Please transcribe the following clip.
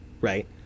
Right